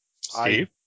Steve